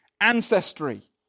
ancestry